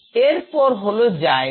এরপর হলো জায়গা